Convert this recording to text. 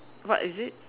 what is it